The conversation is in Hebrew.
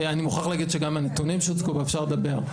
אני מוכרח להגיד שגם הנתונים שהוצגו, ואפשר לדבר.